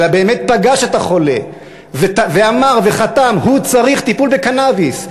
אלא באמת פגש את החולה ואמר וחתם: הוא צריך טיפול בקנאביס,